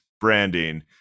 branding